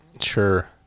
Sure